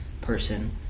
person